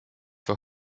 for